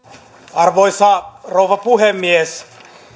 arvoisa rouva puhemies